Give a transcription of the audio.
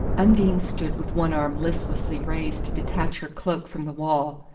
undine stood with one arm listlessly raised to detach her cloak from the wall.